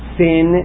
sin